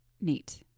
neat